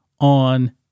on